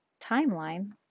timeline